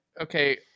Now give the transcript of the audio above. Okay